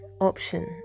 option